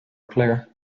player